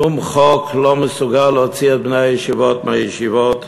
שום חוק לא מסוגל להוציא את בני הישיבות מהישיבות.